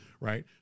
Right